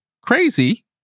crazy